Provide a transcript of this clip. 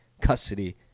custody